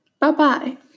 bye-bye